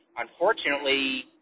Unfortunately